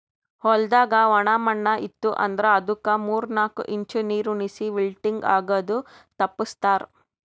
ಹೊಲ್ದಾಗ ಒಣ ಮಣ್ಣ ಇತ್ತು ಅಂದ್ರ ಅದುಕ್ ಮೂರ್ ನಾಕು ಇಂಚ್ ನೀರುಣಿಸಿ ವಿಲ್ಟಿಂಗ್ ಆಗದು ತಪ್ಪಸ್ತಾರ್